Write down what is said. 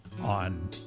on